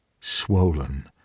swollen